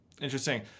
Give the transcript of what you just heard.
Interesting